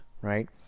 right